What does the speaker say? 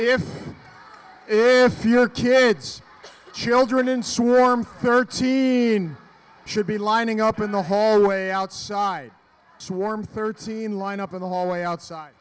if if you're kids children in swarm thirteen should be lining up in the hallway outside swarm thirteen lined up in the hallway outside